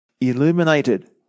illuminated